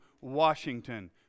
Washington